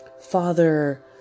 father